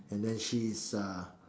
and then she is a